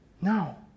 No